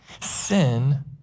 sin